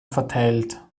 verteilt